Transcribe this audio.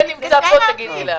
--- המטה פשוט יושב כאן.